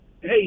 Hey